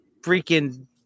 freaking